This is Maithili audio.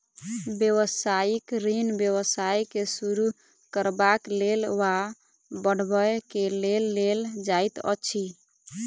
व्यवसायिक ऋण व्यवसाय के शुरू करबाक लेल वा बढ़बय के लेल लेल जाइत अछि